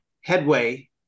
headway